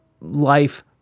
Life